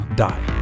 die